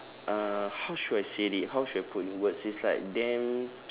uh how should I said it how should I put in words it's like damn